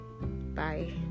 Bye